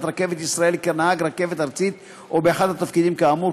"רכבת ישראל" כנהג רכבת ארצית או באחד התפקידים כאמור,